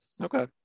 Okay